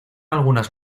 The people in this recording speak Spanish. algunas